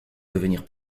devenir